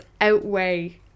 outweigh